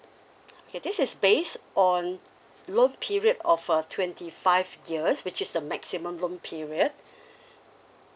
okay this is based on loan period of a twenty five years which is the maximum loan period